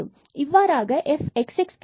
எனவே இவ்வாறாக fxx கிடைக்கிறது